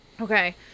Okay